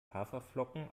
haferflocken